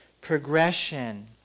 progression